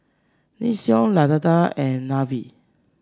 Nixon Lazada and Nivea